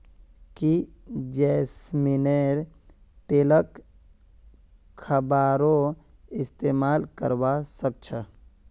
की जैस्मिनेर तेलक खाबारो इस्तमाल करवा सख छ